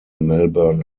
melbourne